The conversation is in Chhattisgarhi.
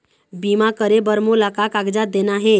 बीमा करे बर मोला का कागजात देना हे?